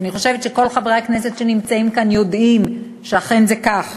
אני חושבת שכל חברי הכנסת שנמצאים כאן יודעים שאכן זה כך,